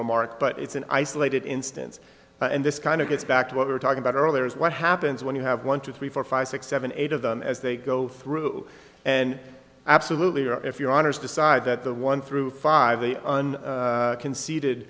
remark but it's an isolated instance and this kind of gets back to what we were talking about earlier is what happens when you have one two three four five six seven eight of them as they go through and absolutely or if your honour's decide that the one through five the on conce